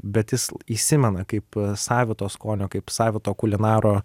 bet jis įsimena kaip savito skonio kaip savito kulinaro